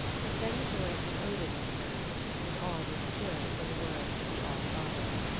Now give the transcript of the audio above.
but then the voice of odin was heard and all was still for the words of the all-father.